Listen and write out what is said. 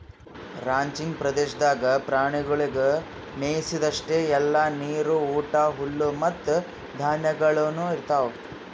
ranching ಪ್ರದೇಶದಾಗ್ ಪ್ರಾಣಿಗೊಳಿಗ್ ಮೆಯಿಸದ್ ಅಷ್ಟೆ ಅಲ್ಲಾ ನೀರು, ಊಟ, ಹುಲ್ಲು ಮತ್ತ ಧಾನ್ಯಗೊಳನು ಇರ್ತಾವ್